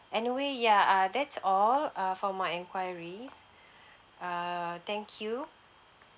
anyway ya uh that's all uh for my enquiries err thank you